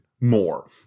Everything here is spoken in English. more